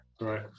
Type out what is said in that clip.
right